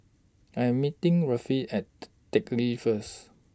I Am meeting At Teck Lee First